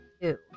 Two